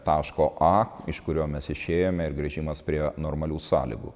taško a iš kurio mes išėjome ir grįžimas prie normalių sąlygų